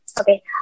Okay